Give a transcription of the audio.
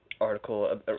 article